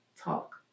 talk